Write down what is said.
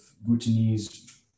Bhutanese